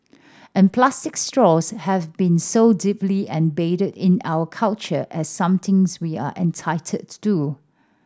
and plastic straws have been so deeply embedded in our culture as something we are entitled to